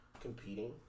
competing